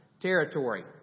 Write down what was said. territory